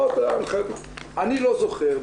אני לא זוכר,